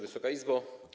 Wysoka Izbo!